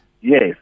Yes